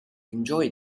enjoy